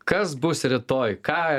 kas bus rytoj ką